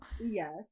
Yes